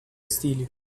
stili